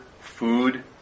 food